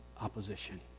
opposition